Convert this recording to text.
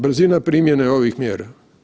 Brzina primjene ovih mjera.